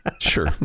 Sure